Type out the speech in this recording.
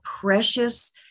precious